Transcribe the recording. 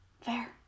Fair